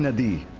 the